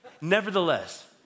Nevertheless